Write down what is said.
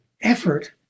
effort